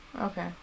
okay